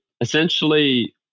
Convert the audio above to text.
essentially